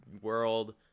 world